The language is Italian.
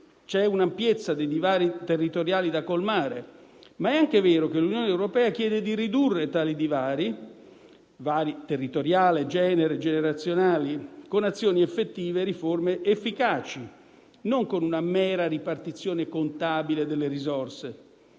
c'è un'ampiezza dei divari territoriali da colmare, ma è anche vero che l'Unione europea chiede di ridurre tali divari (territoriali, di genere, generazionali) con azioni effettive e riforme efficaci, e non con una mera ripartizione contabile delle risorse.